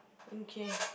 okay